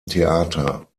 theater